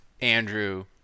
Andrew